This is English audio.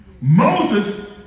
Moses